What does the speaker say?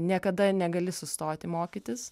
niekada negali sustoti mokytis